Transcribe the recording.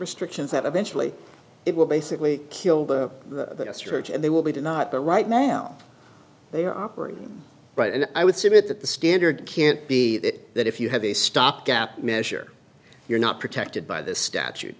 restrictions that eventually it will basically kill the church and they will be did not the right ma'am they are operating right and i would submit that the standard can't be that if you have a stopgap measure you're not protected by this statute